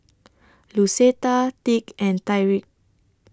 Lucetta tick and Tyrik